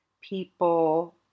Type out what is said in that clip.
people